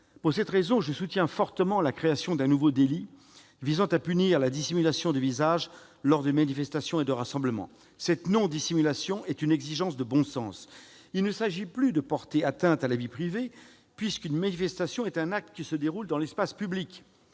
Pour cette raison, je soutiens fortement la création d'un nouveau délit visant à punir la dissimulation du visage lors de manifestations et de rassemblements. Cette non-dissimulation est une exigence de bon sens. Il ne s'agit plus de porter atteinte à la vie privée, puisqu'une manifestation est un acte qui se déroule dans l'espace public.